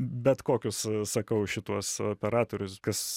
bet kokius sakau šituos operatorius kas